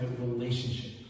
relationship